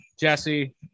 jesse